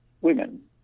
women